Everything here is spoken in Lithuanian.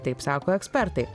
taip sako ekspertai